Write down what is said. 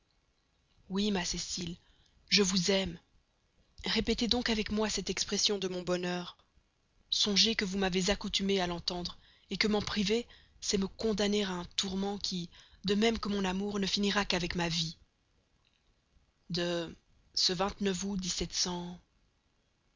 oui ma cécile je vous aime répétez donc avec moi cette expression de mon bonheur songez que vous m'avez accoutumé à l'entendre que m'en priver c'est me condamner à un tourment qui de même que mon amour ne finira qu'avec ma vie de ce